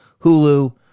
hulu